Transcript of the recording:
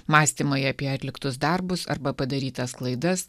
mąstymai apie atliktus darbus arba padarytas klaidas